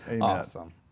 Awesome